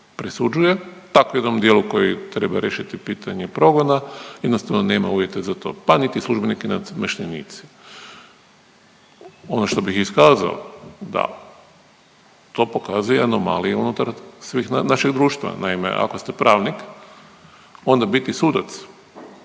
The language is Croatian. presuđuje, tako i u onom dijelu koji treba riješiti pitanje progona jednostavno nema uvjete za to. Pa niti službenici i namještenici. Ono što bih iskazao da to pokazuje anomalije unutar našeg društva. Naime, ako ste pravnik, onda biti sudac,